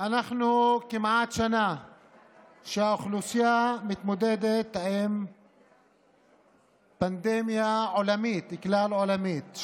כמעט שנה שהאוכלוסייה מתמודדת עם פנדמיה כלל-עולמית,